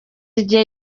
igihe